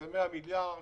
100 מיליארד.